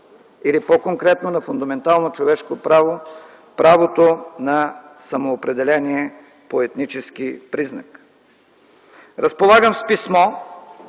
или по-конкретно – на фундаментално човешко право – правото на самоопределение по етнически признак. Разполагам с писмо,